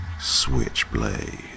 switchblade